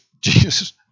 Jesus